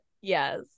yes